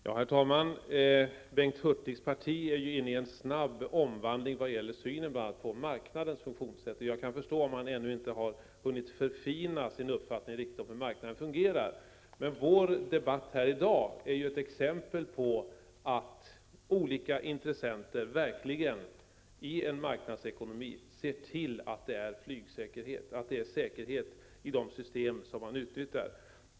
Herr talman! Bengt Hurtigs parti är inne i en snabb omvandling när det gäller bl.a. synen på marknadens funktionssätt. Jag kan förstå om han ännu inte har hunnit förfina sin uppfattning om hur marknaden fungerar. Vår debatt här i dag är ett exempel på att olika intressenter i en marknadsekonomi verkligen ser till att det är flygsäkerhet och säkerhet i det system som man utnyttjar.